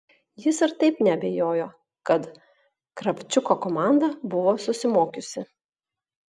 jis ir taip neabejojo kad kravčiuko komanda buvo susimokiusi